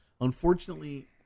Unfortunately